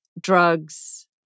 drugs